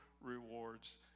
rewards